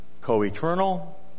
Co-eternal